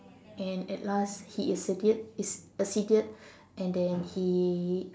and at last he acceded acceded and then he